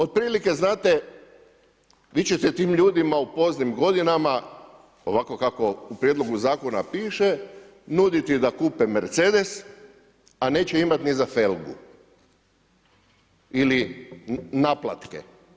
Otprilike, znate, vi ćete tim ljudima u poznim godinama, ovako kako u Prijedlogu zakona piše, nuditi da kupe mercedes, a neće imati ni za felgu ili naplatke.